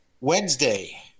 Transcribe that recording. Wednesday